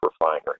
refinery